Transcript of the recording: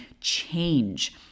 change